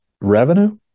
revenue